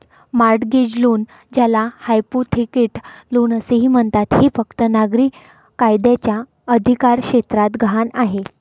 mortgage loan, ज्याला hypothecate loan असेही म्हणतात, हे फक्त नागरी कायद्याच्या अधिकारक्षेत्रात गहाण आहे